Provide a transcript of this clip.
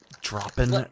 dropping